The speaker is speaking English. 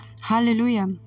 Hallelujah